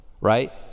right